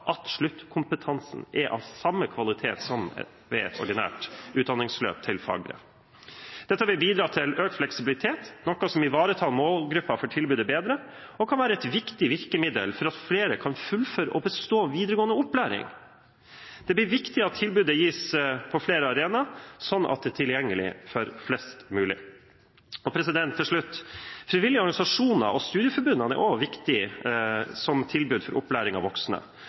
at sluttkompetansen er av samme kvalitet som ved ordinært utdanningsløp til fagbrev. Dette vil bidra til økt fleksibilitet, noe som ivaretar målgruppen for tilbudet bedre, og kan være et viktig virkemiddel for at flere kan fullføre og bestå videregående opplæring. Det blir viktig at tilbudet gis på flere arenaer, sånn at det er tilgjengelig for flest mulig. Til slutt: Frivillige organisasjoner og studieforbundene er også viktige som tilbud for opplæring av voksne,